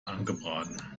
angebraten